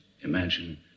imagine